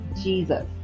Jesus